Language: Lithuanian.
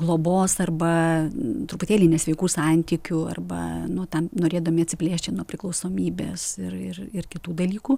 globos arba truputėlį nesveikų santykių arba nuo tam norėdami atsiplėšę nuo priklausomybės ir ir ir ir kitų dalykų